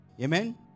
Amen